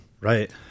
right